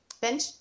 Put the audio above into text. Bench